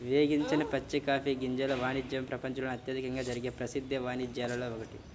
వేగించని పచ్చి కాఫీ గింజల వాణిజ్యము ప్రపంచంలో అత్యధికంగా జరిగే ప్రసిద్ధ వాణిజ్యాలలో ఒకటి